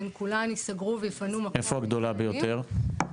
הן כולן יסגרו ויפנו מקום- - איפה הגדולה ביותר?